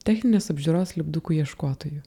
techninės apžiūros lipdukų ieškotojų